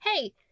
Hey